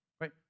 right